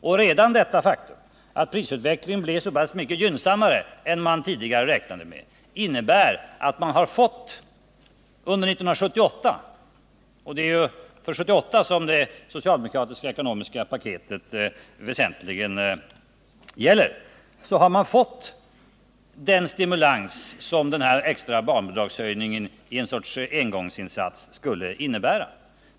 Och redan det faktum att prisutvecklingen blev så pass mycket gynnsammare än man tidigare räknade med, innebär att man för 1978 — och det är ju för 1978 som det socialdemokratiska ekonomiska paketet väsentligen gäller — har fått den stimulans som den här extra barnbidragshöjningen i en sorts engångsinsats skulle innebära.